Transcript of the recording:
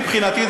מבחינתי,